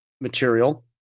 material